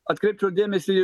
atkreipčiau dėmesį